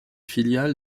filiale